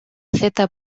zeta